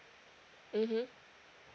mmhmm